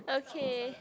okay